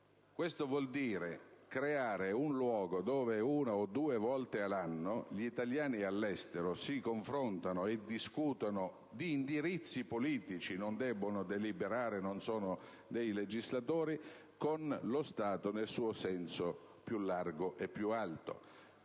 Questo vuol dire creare un luogo in cui una o due volte all'anno gli italiani all'estero si confrontano e discutono di indirizzi politici - non debbono deliberare, non sono dei legislatori - con lo Stato, inteso nel suo senso più ampio e più alto.